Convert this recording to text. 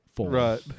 right